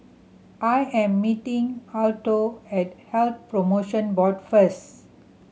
I am meeting Alto at Health Promotion Board first